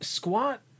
Squat